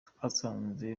twasanze